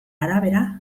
arabera